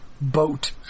boat